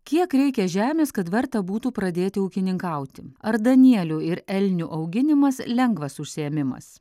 kiek reikia žemės kad verta būtų pradėti ūkininkauti ar danielių ir elnių auginimas lengvas užsiėmimas